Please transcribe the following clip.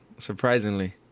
Surprisingly